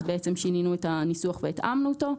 שינינו את הניסוח והתאמנו אותו.